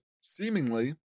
seemingly